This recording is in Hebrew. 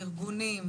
הארגונים,